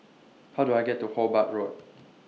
How Do I get to Hobart Road